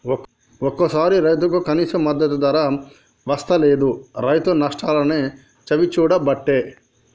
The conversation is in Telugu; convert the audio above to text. ఒక్కోసారి రైతుకు కనీస ధర వస్తలేదు, రైతు నష్టాలనే చవిచూడబట్టే